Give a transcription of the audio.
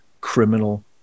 criminal